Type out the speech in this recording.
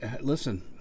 listen